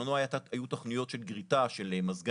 בזמנו היו תוכניות של גריטה של מזגנים,